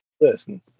listen